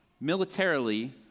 militarily